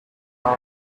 earn